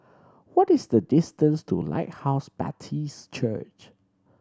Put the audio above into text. what is the distance to Lighthouse Baptist Church